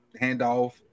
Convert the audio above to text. handoff